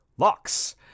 Locks